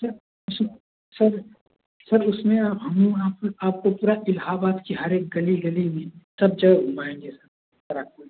sir sir sir उसमें आप हम आपको पूरा इलाहाबाद कि हर एक गली गली सब जगह घुमाएंगे सर आपको